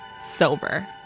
Sober